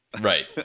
Right